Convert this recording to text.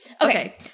Okay